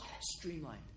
streamlined